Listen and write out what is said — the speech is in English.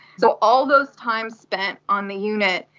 so all those times spent on the unit,